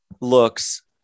looks